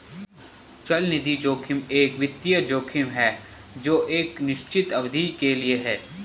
चलनिधि जोखिम एक वित्तीय जोखिम है जो एक निश्चित अवधि के लिए है